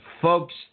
Folks